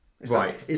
Right